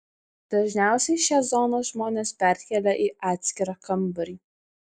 dažniausiai šią zoną žmonės perkelia į atskirą kambarį